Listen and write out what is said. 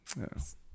Yes